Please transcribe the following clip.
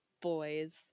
boys